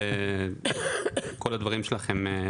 כל הדברים שלכם,